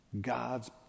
God's